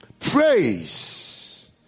Praise